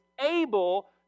able